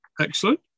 Excellent